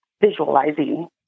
visualizing